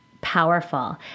powerful